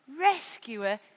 rescuer